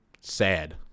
sad